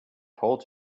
told